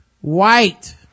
White